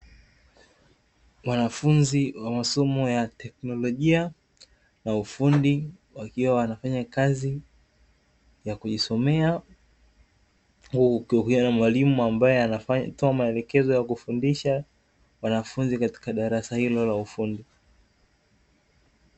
Mwafunzi wa masomo ya tekinolojia na ufundi, wakiwa wanafanya kazi ya kujisomea, huku wakiongea na mwalimu ambaye anatoa maelekezo ya kufundisha wanafunzi katika darasa hilo la ufundi.